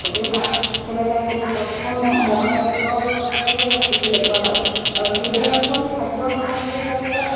চবেই ভাত চেলেকাই কিন্তু প্ৰথম মমায়েকৰ হাতেৰেহে ভাতটো চেলেকুৱা হয় আৰু সেইদিনাখন খাদ্য সামগ্ৰীৰ তালিকাত